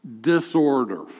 disorder